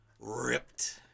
ripped